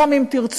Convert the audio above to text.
גם אם תרצו,